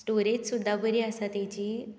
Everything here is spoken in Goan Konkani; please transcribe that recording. स्टोरेज सुद्दां बरी आसा ताजी